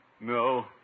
no